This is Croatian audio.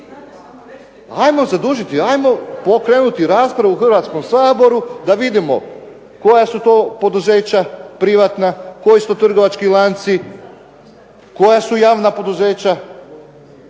Ajmo zadužiti, ajmo pokrenuti raspravu u Hrvatskom saboru da vidimo koja su to poduzeća privatna, koji su trgovački lanci, koja su javna poduzeća,